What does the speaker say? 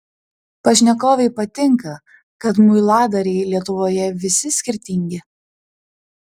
pašnekovei patinka kad muiladariai lietuvoje visi skirtingi